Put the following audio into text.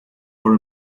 for